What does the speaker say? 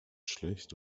schlecht